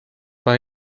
vähe